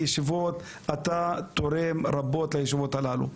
בישיבות רבות, אתה תורם רבות לישיבות הללו.